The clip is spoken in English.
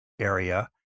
area